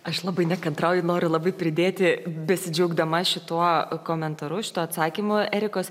aš labai nekantrauju noriu labai pridėti besidžiaugdama šituo komentaru šituo atsakymu erikos